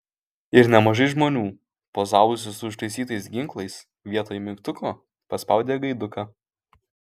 ir nemažai žmonių pozavusių su užtaisytais ginklais vietoj mygtuko paspaudė gaiduką